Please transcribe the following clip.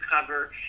cover